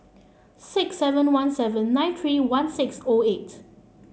six seven one seven nine three one six O eight